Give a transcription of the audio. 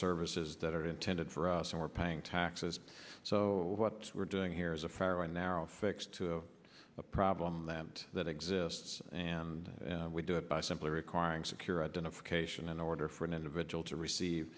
services that are intended for us and we're paying taxes so what we're doing here is a fairly narrow fix to the problem that that exists and we do it by simply requiring secure identifier cation in order for an individual to receive